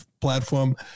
platform